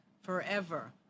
forever